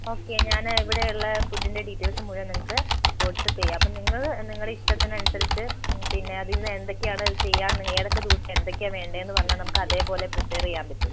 okay ഞാൻ ഇവിടെയുള്ള ഫുഡിൻ്റെ ഡീറ്റെയിൽസ് മുഴുവൻ നിങ്ങൾക്ക് വാട്ട്സ്ആപ്പ് ചെയ്യാം അപ്പോൾ നിങ്ങൾ നിങ്ങളുടെ ഇഷ്ടത്തിന് അനുസരിച്ച് പിന്നെ അതിൽ നിന്ന് എന്തൊക്കെയാണ് ചെയ്യാൻ ഉള്ളത് എന്ന് ഏതൊക്കെ ദിവസം എന്തൊക്കെയാണ് വേണ്ടത് എന്ന് പറഞ്ഞാൽ നമുക്ക് അതേപോലെ പ്രിപെയർ ചെയ്യാൻ പറ്റും